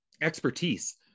expertise